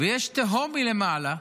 ויש תהום מלמטה,